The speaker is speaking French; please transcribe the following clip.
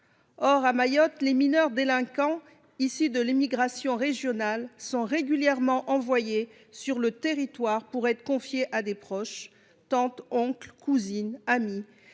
Or, à Mayotte, les mineurs délinquants issus de l’immigration régionale sont régulièrement envoyés sur le territoire pour être confiés à des proches, qu’il s’agisse